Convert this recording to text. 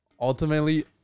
ultimately